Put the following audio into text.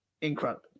incredible